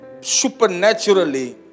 supernaturally